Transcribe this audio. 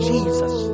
Jesus